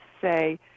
say